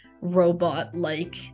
robot-like